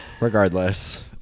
Regardless